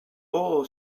all